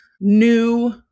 new